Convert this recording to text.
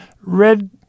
red